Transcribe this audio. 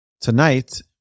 Tonight